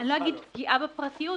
- לא אומר פגיעה בפרטיות,